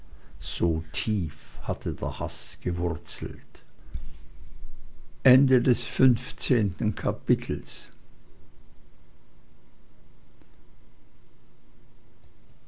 so tief hatte der haß gewurzelt sechzehntes kapitel